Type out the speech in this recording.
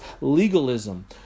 legalism